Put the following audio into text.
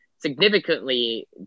Significantly